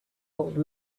old